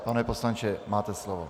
Pane poslanče, máte slovo.